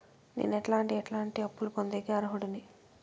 నేను ఎట్లాంటి ఎట్లాంటి అప్పులు పొందేకి అర్హుడిని?